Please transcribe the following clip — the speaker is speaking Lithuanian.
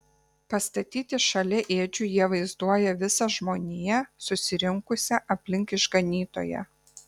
pastatyti šalia ėdžių jie vaizduoja visą žmoniją susirinkusią aplink išganytoją